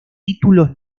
títulos